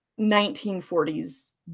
1940s